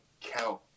count